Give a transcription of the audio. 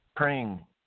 Praying